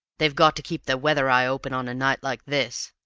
they've got to keep their weather eye open on a night like this!